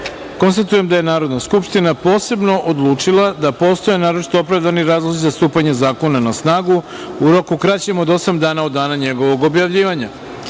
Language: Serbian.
poslanika. Konstatujem da je Narodna skupština posebno odlučila da postoje naročito opravdani razlozi za stupanje zakona na snagu u roku kraćem od osam dana od dana njegovog objavljivanja. Pristupamo